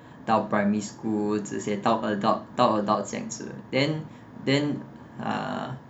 到 primary school 这些到 adult 到 adult 这样子 then then ah